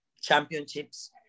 championships